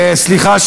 סליחה,